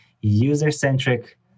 User-centric